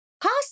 cost